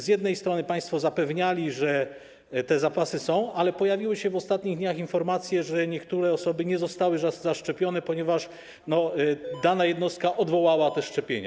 Z jednej strony państwo zapewniali, że te zapasy są, ale pojawiły się w ostatnich dniach informacje, że niektóre osoby nie zostały zaszczepione, ponieważ dana jednostka odwołała te szczepienia.